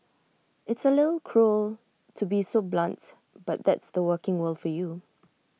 it's A little cruel to be so blunt but that's the working world for you